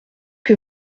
que